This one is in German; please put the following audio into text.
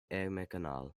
ärmelkanal